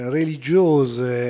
religiose